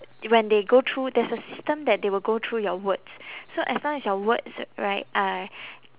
when they go through there's a system that they will go through your words so as long as your words right are